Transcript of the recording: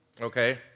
Okay